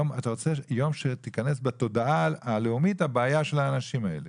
אתה רוצה יום כדי שתיכנס לתודעה הלאומית הבעיה של האנשים האלה.